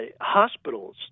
hospitals